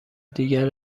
دیگر